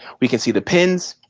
we can see the pins,